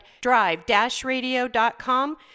drive-radio.com